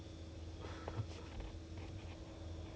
eh you know the interesting thing was right that time